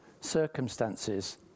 circumstances